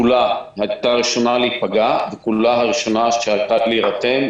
כולה הייתה ראשונה להיפגע וכולה הראשונה להירתם,